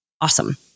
awesome